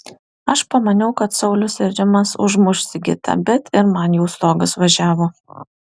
aš pamaniau kad saulius ir rimas užmuš sigitą bet ir man jau stogas važiavo